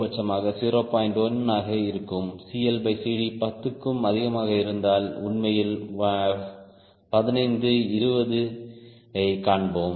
1 ஆக இருக்கும் CLCD 10 க்கும் அதிகமாக இருந்தால் உண்மையில் 15 20 ஐக் காண்போம்